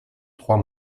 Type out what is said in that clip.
trois